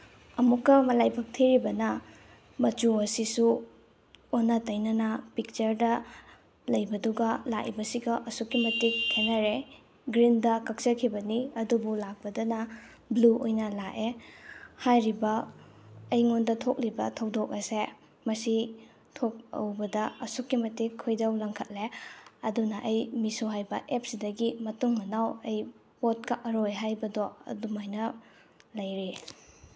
ꯑꯃꯨꯛꯀ ꯂꯥꯏꯕꯛ ꯊꯤꯔꯤꯕꯅ ꯃꯆꯨ ꯑꯁꯤꯁꯨ ꯑꯣꯟꯅ ꯇꯩꯅꯅ ꯄꯤꯛꯆꯔꯗ ꯂꯩꯕꯗꯨꯒ ꯂꯥꯛꯏꯕꯁꯤꯒ ꯑꯁꯨꯛꯀꯤ ꯃꯇꯤꯛ ꯈꯦꯅꯔꯦ ꯒ꯭ꯔꯤꯟꯗ ꯀꯛꯆꯈꯤꯕꯅꯤ ꯑꯗꯨꯕꯨ ꯂꯥꯛꯄꯗꯅ ꯕ꯭ꯂꯨ ꯑꯣꯏꯅ ꯂꯥꯛꯑꯦ ꯍꯥꯏꯔꯤꯕ ꯑꯩꯉꯣꯟꯗ ꯊꯣꯛꯂꯤꯕ ꯊꯧꯗꯣꯛ ꯑꯁꯦ ꯃꯁꯤ ꯎꯕꯗ ꯑꯁꯨꯛꯀꯤ ꯃꯇꯤꯛ ꯈꯣꯏꯗꯧ ꯂꯪꯈꯠꯂꯦ ꯑꯗꯨꯅ ꯑꯩ ꯃꯤꯁꯣ ꯍꯥꯏꯕ ꯑꯦꯞꯁꯤꯗꯒꯤ ꯃꯇꯨꯡ ꯃꯅꯥꯎ ꯑꯩ ꯄꯣꯠ ꯀꯛꯑꯔꯣꯏ ꯍꯥꯏꯕꯗꯣ ꯑꯗꯨꯃꯥꯏꯅ ꯂꯩꯔꯤ